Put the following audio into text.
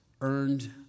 earned